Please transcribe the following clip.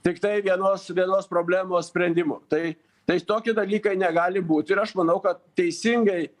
tiktai vienos vienos problemos sprendimu tai tai tokie dalykai negali būt ir aš manau kad teisingai